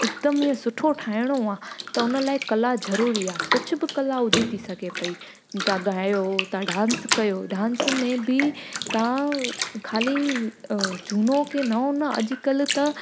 हिकदमि ईअं सुठो ठाहिणो आहे त उन लाइ कला ज़रूरी आहे कुझु बि कला हुजे थी सघे पई तव्हां ॻायो तव्हां डांस कयो डांस में बि तव्हां ख़ाली झूनो की नओं न अॼुकल्ह त